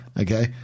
Okay